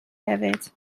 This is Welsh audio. hefyd